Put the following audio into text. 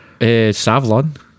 savlon